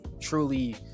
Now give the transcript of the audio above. truly